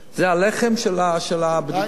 זה הלחם של הבדיקות.